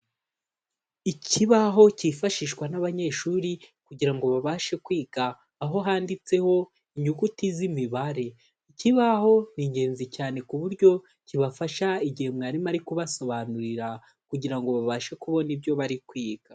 Ikibaho cyifashishwa n'abanyeshuri kugira ngo babashe kwiga, aho handitseho inyuguti z'imibare. Ikibaho ni ingenzi cyane ku buryo kibafasha igihe mwarimu ari kubasobanurira, kugira ngo babashe kubona ibyo bari kwiga.